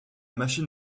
machine